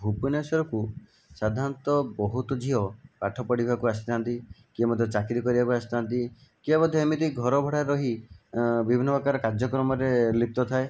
ଭୁବନେଶ୍ୱରକୁ ସାଧାରଣତଃ ବହୁତ ଝିଅ ପାଠ ପଢ଼ିବାକୁ ଆସିଥାନ୍ତି କିଏ ମଧ୍ୟ ଚାକିରି କରିବାକୁ ଆସିଥାନ୍ତି କିଏ ମଧ୍ୟ ଏମିତି ଘର ଭଡ଼ାରେ ରହି ବିଭିନ୍ନ ପ୍ରକାର କାର୍ଯ୍ୟକ୍ରମରେ ଲିପ୍ତ ଥାଏ